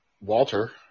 Walter